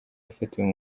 yafatiwe